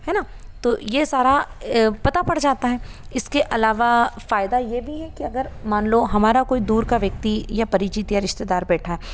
हैं न तो ये सारा पता पड़ जाता हैं इसके अलावा फायदा ये भी है कि अगर मान लो हमारा कोई दूर व्यक्ति या परिचित या रिश्तेदार बैठा